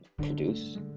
produce